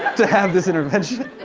to have this intervention.